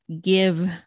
give